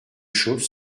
choses